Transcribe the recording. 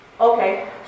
Okay